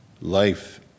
Life